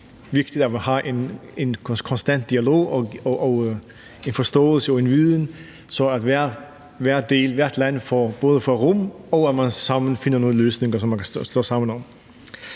det utrolig vigtigt, at vi har en konstant dialog og en forståelse og en viden, så hvert land får rum, såvel som at man sammen finder nogle løsninger, som man kan stå sammen om.